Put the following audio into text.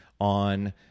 on